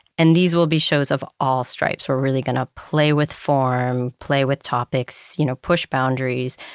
and these will be shows of all stripes. we're really going to play with form, play with topics, you know push boundaries,